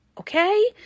okay